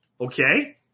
Okay